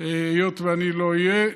היות שאני לא אהיה.